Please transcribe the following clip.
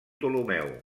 ptolemeu